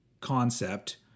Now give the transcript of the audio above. concept